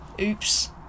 Oops